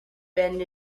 bend